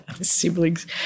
Siblings